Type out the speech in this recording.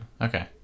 okay